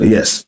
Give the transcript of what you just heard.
Yes